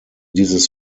dieses